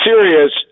serious